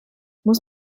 muss